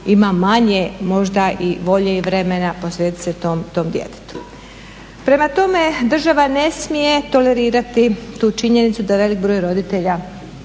ima manje možda i volje i vremena posvetiti se tom djetetu. Prema tome, država ne smije tolerirati tu činjenicu da velik broj roditelja